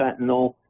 fentanyl